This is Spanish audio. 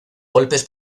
golpes